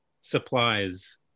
supplies